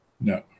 no